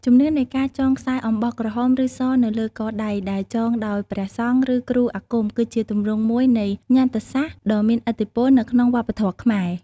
ជំនឿនៃការចងខ្សែអំបោះក្រហម ឬស នៅលើកដៃ ដែលចងដោយព្រះសង្ឃ ឬគ្រូអាគម គឺជាទម្រង់មួយនៃ ញ្ញត្តិសាស្ត្រ ដ៏មានឥទ្ធិពល នៅក្នុងវប្បធម៌ខ្មែរ។